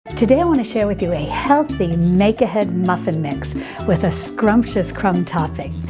today i want to share with you a healthy make ahead muffin mix with a scrumptious crumb topping.